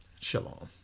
shalom